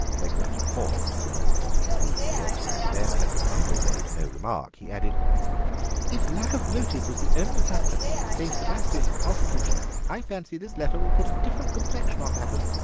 egbert paused for a moment at the conclusion of the extract then, as his uncle made no remark, he added if lack of motive was the only factor that saved sebastien from prosecution i fancy this letter will put a different complexion on matters.